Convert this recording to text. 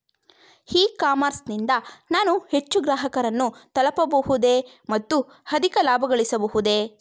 E commerce ನಿಂದ ನಾನು ಹೆಚ್ಚು ಗ್ರಾಹಕರನ್ನು ತಲುಪಬಹುದೇ ಮತ್ತು ಅಧಿಕ ಲಾಭಗಳಿಸಬಹುದೇ?